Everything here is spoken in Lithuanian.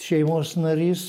šeimos narys